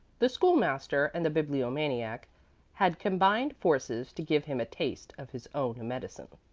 the school-master and the bibliomaniac had combined forces to give him a taste of his own medicine.